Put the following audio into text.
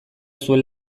zuen